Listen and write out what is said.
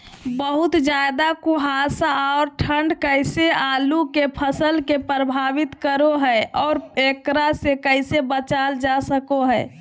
बहुत ज्यादा कुहासा और ठंड कैसे आलु के फसल के प्रभावित करो है और एकरा से कैसे बचल जा सको है?